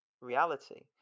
reality